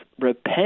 repent